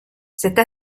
cette